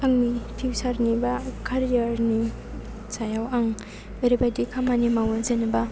आंनि फिउचार नि एबा केरियार नि सायाव आं ओरैबायदि खामानि मावो जेनेबा